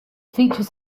features